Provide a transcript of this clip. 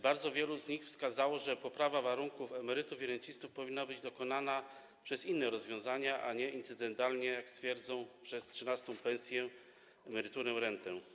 Bardzo wielu z nich wskazało, że poprawa warunków emerytów i rencistów powinna być dokonana na podstawie innych rozwiązań, a nie incydentalnie, jak twierdzą, przez trzynastą pensję, emeryturę, rentę.